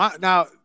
now